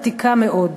עתיקה מאוד.